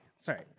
Sorry